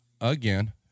Again